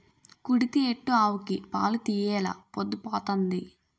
కుడితి ఎట్టు ఆవుకి పాలు తీయెలా పొద్దు పోతంది